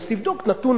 אז תבדוק נתון,